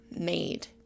made